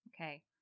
Okay